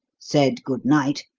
said good-night,